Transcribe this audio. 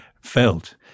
felt